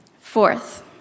Fourth